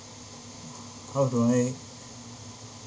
how do I